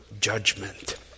judgment